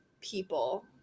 people